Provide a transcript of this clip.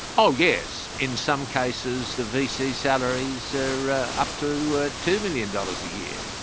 oh yes, in some cases the vc salaries are ah up to ah two million dollars a year.